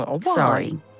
Sorry